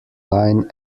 line